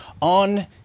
on